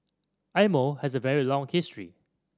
Eye Mo has a very long history